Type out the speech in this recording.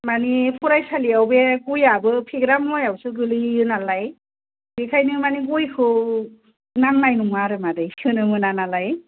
माने फरायसालियाव बे गयआबो फेग्रा मुवायावसो गोलैयो नालाय बेनिखायनो माने गयखौ नांनाय नङा आरो मादै सोनो मोना नालाय